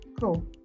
Cool